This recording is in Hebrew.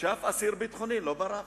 שאף אסיר ביטחוני לא ברח.